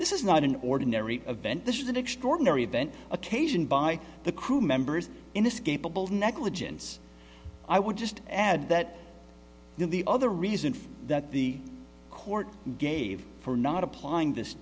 this is not an ordinary event this is an extraordinary event occasioned by the crew members inescapable negligence i would just add that the other reason that the court gave for not applying this